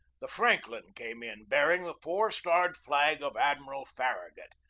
the franklin came in, bearing the four-starred flag of admiral farragut,